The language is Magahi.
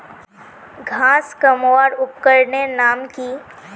घांस कमवार उपकरनेर नाम की?